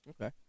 Okay